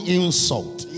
insult